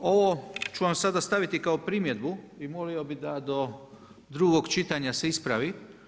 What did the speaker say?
Drugo, ovo ću vam sad staviti kao primjedbu i molio bih da do drugog čitanja se ispravi.